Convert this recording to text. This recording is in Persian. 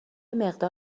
مقدار